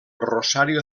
rosario